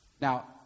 Now